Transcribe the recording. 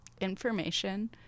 information